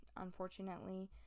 unfortunately